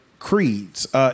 creeds